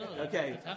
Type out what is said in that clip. Okay